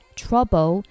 trouble